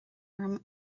orm